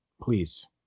please